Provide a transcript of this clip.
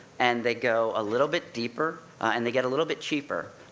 and they go a little bit deeper, and they get a little bit cheaper.